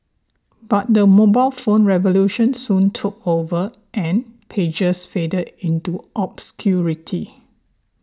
but the mobile phone revolution soon took over and pagers faded into obscurity